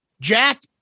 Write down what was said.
Jack